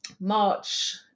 March